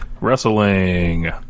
wrestling